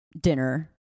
dinner